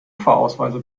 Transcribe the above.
fahrausweise